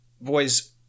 boys